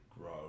grow